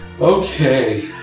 Okay